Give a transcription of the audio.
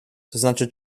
znaczy